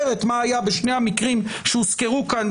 את מה היה בשני המקרים שהוזכרו כאן,